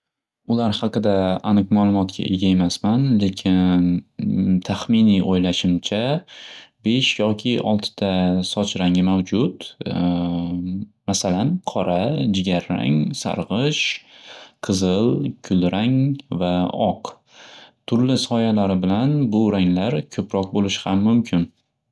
Ular haqida aniq ma'lumotga ega emasman lekin taxminiy o'ylashimcha besh yoki oltita soch rangi mavjud. Masalan qora jigarrang, sarg'ish, qizil, kulrang va oq. Turli soyalari bilan bu ranglar ko'roq bo'lishi ham mumkin.